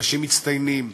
אנשים מצטיינים,